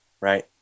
Right